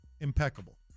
impeccable